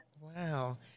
Wow